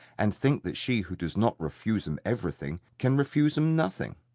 and think that she who does not refuse em everything can refuse em nothing.